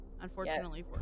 unfortunately